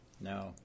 No